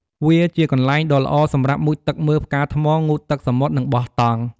វាជាកន្លែងដ៏ល្អសម្រាប់ មុជទឹកមើលផ្កាថ្ម ងូតទឹកសមុទ្រ និងបោះតង់។